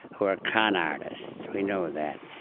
who are con artists, we know that,